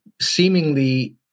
seemingly